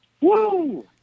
Woo